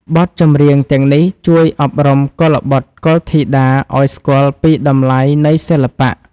បទចម្រៀងទាំងនេះជួយអប់រំកុលបុត្រកុលធីតាឱ្យស្គាល់ពីតម្លៃនៃសិល្បៈ។